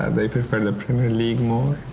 and they prefer the premier league more.